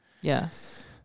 Yes